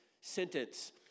sentence